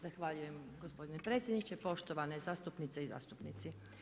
Zahvaljujem gospodine predsjedniče, poštovane zastupnice i zastupnici.